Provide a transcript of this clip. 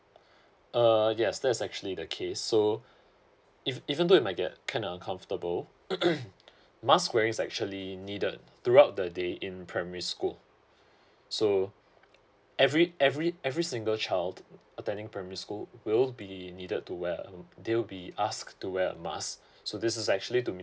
uh yes that's actually the case so if even though it might get can get uncomfortable mask wearing's actually needed throughout the day in primary school so every every every single child attending primary school will be needed to wear um they'll be asked to wear a mask so this is actually to me